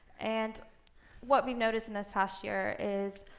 and what we've noticed in this past year is